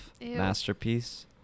masterpiece